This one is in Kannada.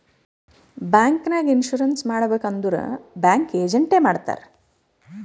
ಬ್ಯಾಂಕ್ ನಾಗ್ ಇನ್ಸೂರೆನ್ಸ್ ಮಾಡಬೇಕ್ ಅಂದುರ್ ಬ್ಯಾಂಕ್ ಏಜೆಂಟ್ ಎ ಮಾಡ್ತಾರ್